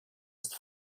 ist